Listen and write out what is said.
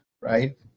right